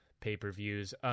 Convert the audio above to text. pay-per-views